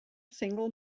single